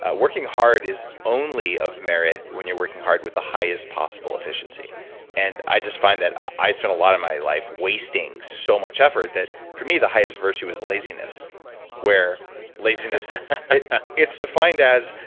ah working hard is only of merit, when you're working hard with the highest possible efficiency and i just find that, i spend a lot of my life wasting so much effort that, for me the highest virtue is laziness where laziness, it's defined as,